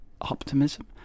optimism